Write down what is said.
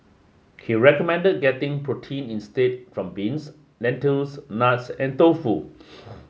he recommended getting protein instead from beans lentils nuts and tofu